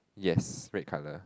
yes red colour